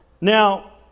Now